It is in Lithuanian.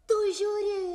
tu žiūri